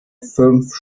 fünf